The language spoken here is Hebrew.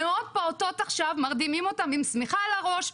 מאות פעוטות עכשיו מרדימים אותם עם שמיכה על הראש,